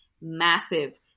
massive